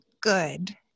good